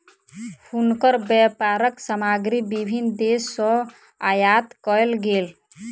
हुनकर व्यापारक सामग्री विभिन्न देस सॅ आयात कयल गेल